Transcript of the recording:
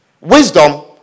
wisdom